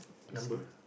this long